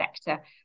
sector